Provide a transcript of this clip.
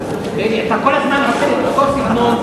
אתה כל הזמן מנסה את אותו סגנון,